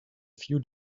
few